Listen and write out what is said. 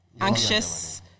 Anxious